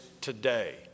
today